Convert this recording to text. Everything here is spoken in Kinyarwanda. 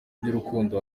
bw’urukundo